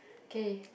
okay